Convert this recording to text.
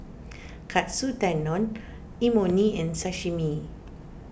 Katsu Tendon Imoni and Sashimi